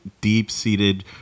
deep-seated –